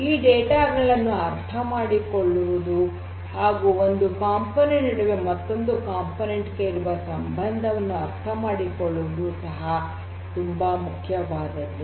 ಈ ಡೇಟಾ ಗಳನ್ನು ಅರ್ಥ ಮಾಡಿಕೊಳ್ಳುವುದು ಹಾಗು ಒಂದು ಘಟಕದ ನಡುವೆ ಮತ್ತೊಂದು ಘಟಕಕ್ಕೆ ಇರುವ ಸಂಬಂಧವನ್ನು ಅರ್ಥ ಮಾಡಿಕೊಳ್ಳುವುದು ಸಹ ತುಂಬಾ ಮುಖ್ಯವಾದದ್ದು